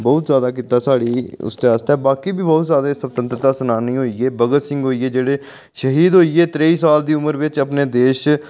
बहुत ज्यादा कीता साढ़ी उस आस्तै बाकी बी बहूत ज्यादा स्वतंत्रता सेनानी होई गे भगत सिंह होई गे जेह्ड़े शहीद होइयै गे त्रेई साल दी उमर बिच्च अपने देश